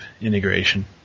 integration